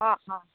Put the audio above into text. অঁ অঁ